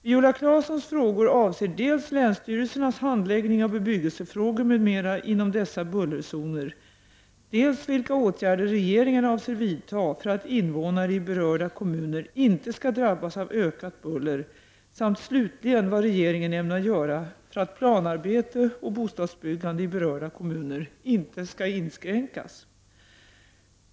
Viola Claessons frågor avser dels länsstyrelsernas handläggning av bebyggelsefrågor m.m. inom dessa bullerzoner, dels vilka åtgärder regeringen avser vidta för att invånare i berörda kommuner inte skall drabbas av ökat buller samt slutligen vad regeringen ämnar göra för att planarbete och bostadsbyggande i berörda kommuner inte skall inskränkas.